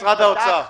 משרד האוצר,